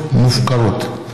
מפוקחת.